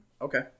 okay